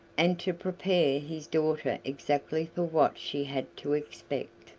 and to prepare his daughter exactly for what she had to expect.